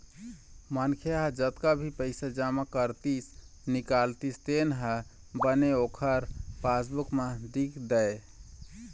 मनखे ह जतका भी पइसा जमा करतिस, निकालतिस तेन ह बने ओखर पासबूक म लिख दय